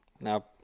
now